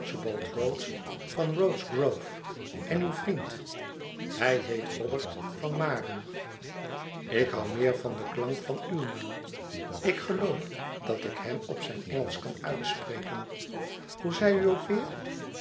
van rhodes grove en uw vriend hij heet robert van maeren ik hoû meer van den klank van uw naam ik geloof dat ik hem op zijn engelsch kan uitspreken hoe zei u ook weêr